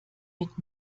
mit